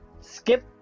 Skip